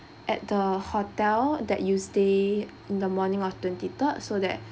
at the hotel that you stay in the morning of twenty third so that